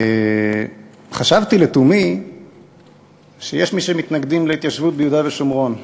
חשבתי לתומי שיש מי שמתנגדים להתיישבות ביהודה ובשומרון.